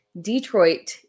Detroit